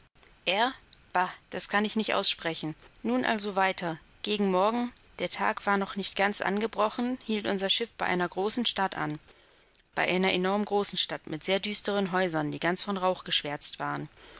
das kann ich nicht aussprechen nun also weiter gegen morgen der tag war noch nicht ganz angebrochen hielt unser schiff bei einer großen stadt an bei einer enorm großen stadt mit sehr düsteren häusern die ganz von rauch geschwärzt waren